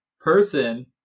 person